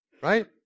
Right